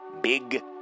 big